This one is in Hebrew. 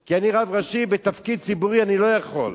כי אני רב ראשי בתפקיד ציבורי, אני לא יכול.